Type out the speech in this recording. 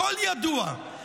הכול ידוע.